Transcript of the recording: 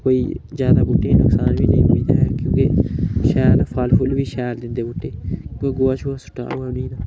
कोई जादा बूह्टें ई नुकसान बी निं पुजदा ऐ क्योंकि शैल फल फुल्ल बी शैल दिंदे बूह्टे कोई गोहा छोहा होऐ सुट्टे दा उनें ई